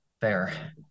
Fair